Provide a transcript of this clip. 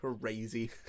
Crazy